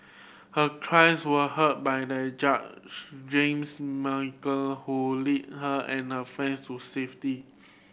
her cries were heard by their judge James Michael who lead her and her friends to safety